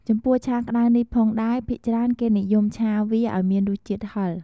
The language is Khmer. ចំពោះឆាក្តៅនេះផងដែរ ភាគច្រើនគេនិយមឆាវាឱ្យមានរសជាតិហឹរ។